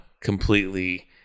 completely